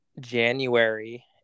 January